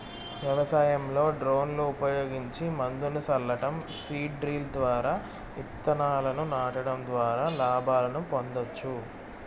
వ్యవసాయంలో డ్రోన్లు ఉపయోగించి మందును సల్లటం, సీడ్ డ్రిల్ ద్వారా ఇత్తనాలను నాటడం ద్వారా లాభాలను పొందొచ్చు